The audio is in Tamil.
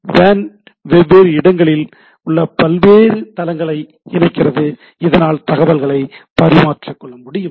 'வேன்' வெவ்வேறு இடங்களில் உள்ள பல்வேறு தளங்களை இணைக்கின்றன இதனால் தகவல்களை பரிமாறிக்கொள்ள முடியும்